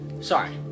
sorry